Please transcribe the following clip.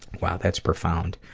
wow, that's profound.